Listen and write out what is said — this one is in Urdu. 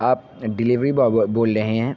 آپ ڈلیوری بوائے بول رہے ہیں